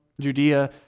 Judea